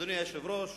אדוני היושב-ראש,